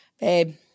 babe